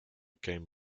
came